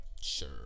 Sure